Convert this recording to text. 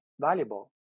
valuable